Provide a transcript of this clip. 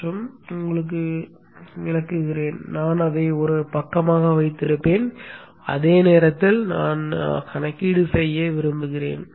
நான் உங்களுக்கு விளக்குகிறேன் நான் அதை ஒரு பக்கமாக வைத்திருப்பேன் அதே நேரத்தில் நான் கணக்கீடு செய்ய விரும்புகிறேன்